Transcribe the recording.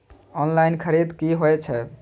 Online खरीद की होए छै?